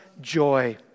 joy